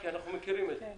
כי אנחנו מכירים את זה.